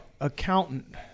accountant